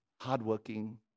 hardworking